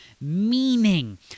meaning